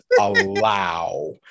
allow